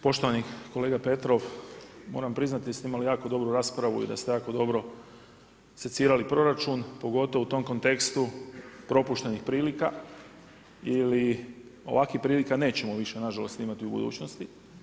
Poštovani kolega Petrev, moram priznati da ste imali jako dobru raspravu i da ste jako dobro secirali proračun pogotovo u tom kontekstu propuštenih prilika ili ovakvih prilika nećemo više na žalost imati u budućnosti.